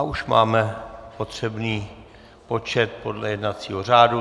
Už máme potřebný počet podle jednacího řádu.